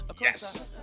Yes